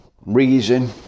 Reason